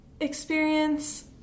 experience